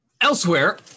elsewhere